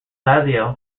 lazio